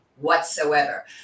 whatsoever